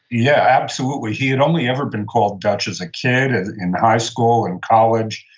yeah, absolutely. he had only ever been called dutch, as a kid, in high school, in college.